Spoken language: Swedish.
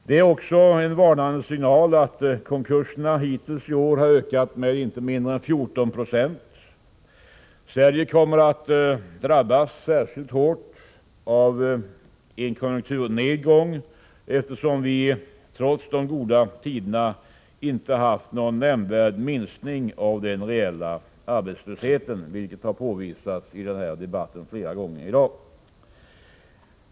Det är också en varnande signal att konkurserna hittills i år ökat med 14 96. Sverige kommer att drabbas särskilt hårt av en konjunkturnedgång, eftersom vi trots de s.k. goda tiderna inte haft någon nämnvärd minskning av den reella arbetslösheten, vilket påvisats flera gånger i debatten här i dag.